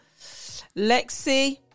Lexi